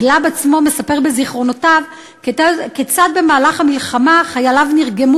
גלאב עצמו מספר בזיכרונותיו כיצד במהלך המלחמה חייליו נרגמו